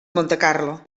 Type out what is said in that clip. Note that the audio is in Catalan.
montecarlo